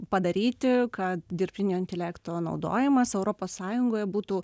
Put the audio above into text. padaryti kad dirbtinio intelekto naudojimas europos sąjungoje būtų